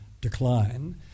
decline